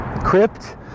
Crypt